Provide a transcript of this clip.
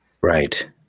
Right